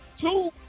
two